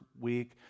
week